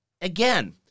again